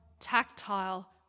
Tactile